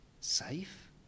Safe